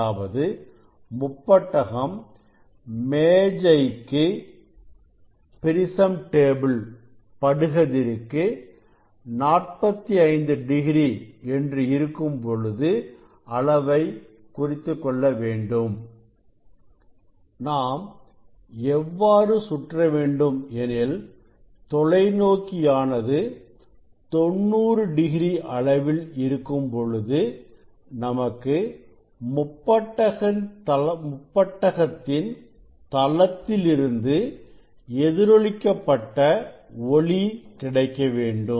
அதாவது முப்பட்டகம் மேஜைக்கைக்கு படு கதிருக்கு 45 டிகிரி என்று இருக்கும்பொழுது அளவை குறித்துக் கொள்ள வேண்டும் நாம் எவ்வாறு சுற்ற வேண்டும் எனில் தொலைநோக்கி ஆனது 90 டிகிரி அளவில் இருக்கும் பொழுது நமக்கு முப்பட்டகத்தின் தளத்திலிருந்து எதிரொலிக்க பட்ட ஒளி கிடைக்க வேண்டும்